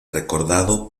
recordado